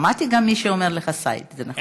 שמעתי גם מי שאומר לך סעיד, זה נכון?